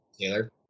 Taylor